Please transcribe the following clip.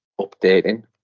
updating